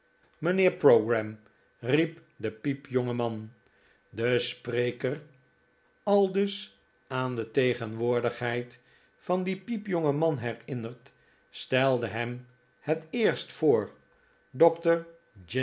pogram riep de piepjonge man de spreker aldus aan de tegenwoordigheid van den piepjongen man herinnerd stelde hem het eerst voor dokter